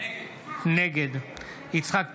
נגד יצחק פינדרוס,